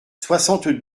soixante